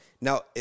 Now